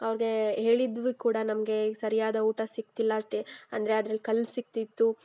ಅವ್ರಿಗೆ ಹೇಳಿದ್ವಿ ಕೂಡ ನಮಗೆ ಸರಿಯಾದ ಊಟ ಸಿಕ್ತಿಲ್ಲ ಅಂದರೆ ಅದ್ರಲ್ಲಿ ಕಲ್ಲು ಸಿಕ್ತಿತ್ತು